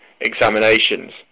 examinations